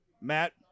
Matt